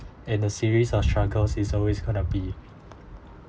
and the series of struggles is always going to be